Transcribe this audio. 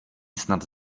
snad